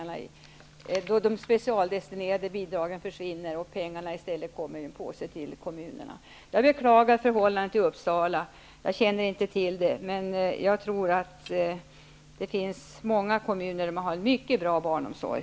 De specialdestinerade bidragen försvinner, och kommunerna får pengarna i en påse. Jag beklagar förhållandena i Uppsala. Jag känner inte till dem, men jag tror att det finns många kommuner som har en mycket bra barnomsorg.